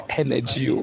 energy